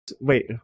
Wait